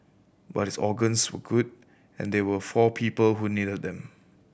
but his organs were good and there were four people who needed them